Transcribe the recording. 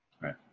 Right